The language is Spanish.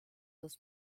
dos